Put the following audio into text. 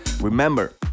Remember